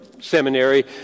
seminary